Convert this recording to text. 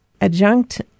Adjunct